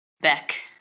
Beck